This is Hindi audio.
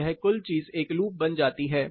तो यह कुल चीज एक लूप बन जाती है